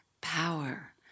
power